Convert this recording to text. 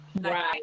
Right